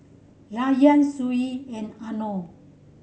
Rayyan Shuib and Anuar